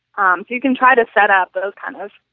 um you can try to setup those kind of